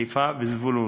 חיפה וזבולון,